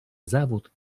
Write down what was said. zawód